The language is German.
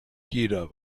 jeder